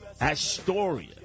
Astoria